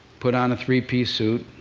put on a three-piece suit,